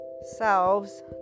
selves